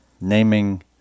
naming